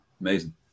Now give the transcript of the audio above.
Amazing